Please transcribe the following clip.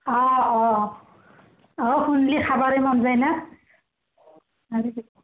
অঁ অঁ অঁ শুনিলে খাবই মন যায় ন